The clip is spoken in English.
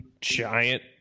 giant